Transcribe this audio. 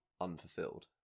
unfulfilled